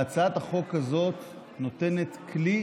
והצעת החוק הזאת נותנת כלי